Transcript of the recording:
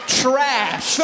trash